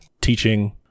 teaching